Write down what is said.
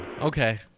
Okay